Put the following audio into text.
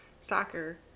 soccer